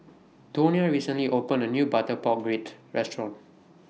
Tonia recently opened A New Butter Pork Ribs Restaurant